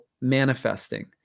manifesting